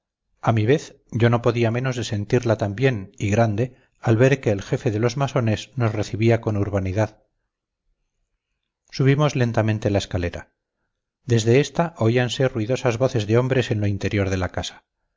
a mi vez yo no podía menos de sentirla también y grande al ver que el jefe de los masones nos recibía con urbanidad subimos lentamente la escalera desde esta oíanse ruidosas voces de hombres en lo interior de la casa